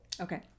Okay